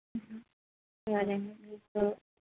ఇవ్వాల అండి మీకు